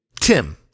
Tim